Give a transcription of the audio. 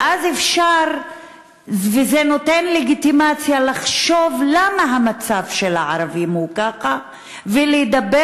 וזה נותן לגיטימציה לחשוב למה המצב של הערבים הוא כזה ולדבר